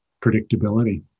predictability